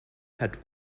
hat